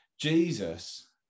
Jesus